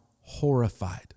horrified